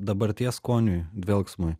dabarties skoniui dvelksmui